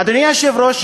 אדוני היושב-ראש,